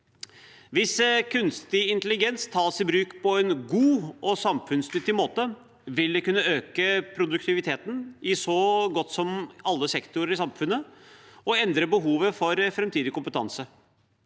Hvis kunstig intelligens tas i bruk på en god og samfunnsnyttig måte, vil det kunne øke produktiviteten i så godt som alle sektorer i samfunnet og endre behovet for framtidig kompetanse.